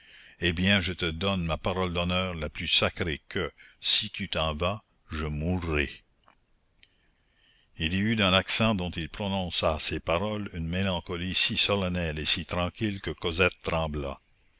eh bien je te donne ma parole d'honneur la plus sacrée que si tu t'en vas je mourrai il y eut dans l'accent dont il prononça ces paroles une mélancolie si solennelle et si tranquille que cosette trembla